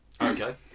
Okay